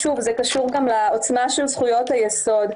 קשור לעוצמה של זכויות היסוד.